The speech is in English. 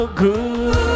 good